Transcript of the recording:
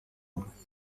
bwe